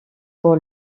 pour